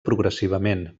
progressivament